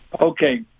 Okay